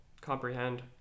comprehend